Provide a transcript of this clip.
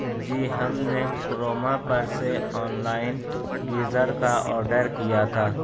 جی ہم نے کروما پر سے آن لائن گیزر کا آرڈر کیا تھا